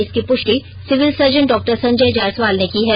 इसकी प्रष्टि civil surgeon डॉ संजय जायसवाल ने की है